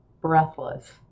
breathless